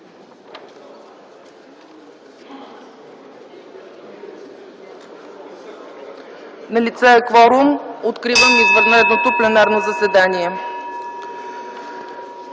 Налице е кворум. Откривам извънредното пленарно заседание.